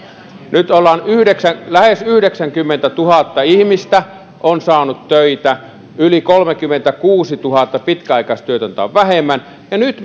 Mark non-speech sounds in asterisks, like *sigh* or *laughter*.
nyt lähes yhdeksänkymmentätuhatta ihmistä on saanut töitä yli kolmekymmentäkuusituhatta pitkäaikaistyötöntä on vähemmän ja nyt *unintelligible*